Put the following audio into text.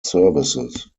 services